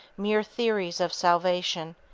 mere theories of salvation,